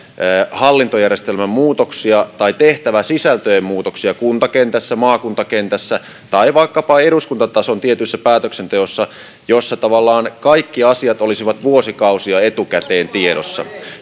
hallintojärjestelmän muutoksia tai tehtäväsisältöjen muutoksia kuntakentässä maakuntakentässä tai vaikkapa eduskuntatason tietyssä päätöksenteossa jossa tavallaan kaikki asiat olisivat vuosikausia etukäteen tiedossa